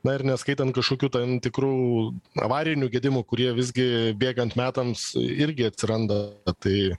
na ir neskaitant kažkokių tam tikrų avarinių gedimų kurie visgi bėgant metams irgi atranda tai